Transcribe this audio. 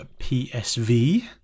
PSV